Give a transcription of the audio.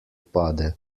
pade